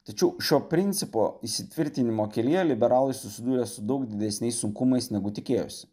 tačiau šio principo įsitvirtinimo kelyje liberalai susidūrė su daug didesniais sunkumais negu tikėjosi